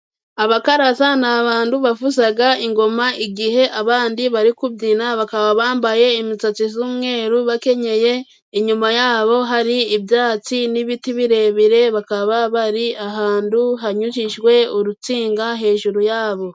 Abakaraza ni abantu bavuza ingoma igihe abandi bari kubyina, bakaba bambaye imisatsi z'umweru, bakenyeye, inyuma yabo hari ibyatsi n'ibiti birebire, bakaba bari ahantu hanyujijwe urutsinga hejuru yabo.